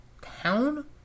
town